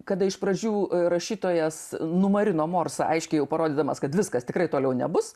kada iš pradžių rašytojas numarino morsą aiškiai jau parodydamas kad viskas tikrai toliau nebus